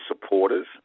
supporters